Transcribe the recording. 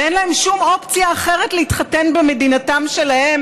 ואין להם שום אופציה אחרת להתחתן במדינתם שלהם